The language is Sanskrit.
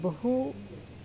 बहु